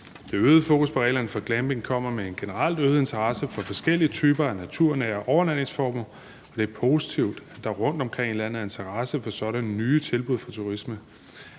Det øgede fokus på reglerne for glamping kommer med en generelt øget interesse for forskellige typer af naturnære overnatningsformer, og det er positivt, at der rundtomkring i landet er interesse for sådanne nye muligheder for turisme.